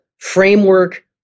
framework